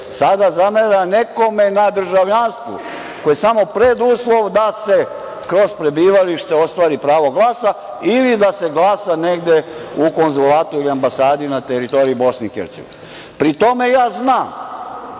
sada zamera nekome na državljanstvu, koje je samo preduslov da se kroz prebivalište ostvari pravo glasa ili da se glasa negde u konzulatu ili ambasadi na teritoriji BiH. Pri tome, ja znam